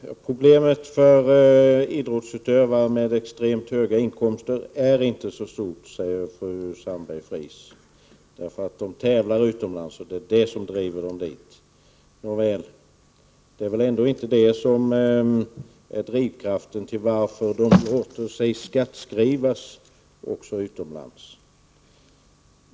Herr talman! Problemet för idrottsutövare med extremt höga inkomster är inte så stort, säger Yvonne Sandberg-Fries. De tävlar ju utomlands och det gör att de trivs där, säger hon. Men det är väl ändå inte det som driver dessa idrottsutövare att också låta sig skattskrivas utomlands.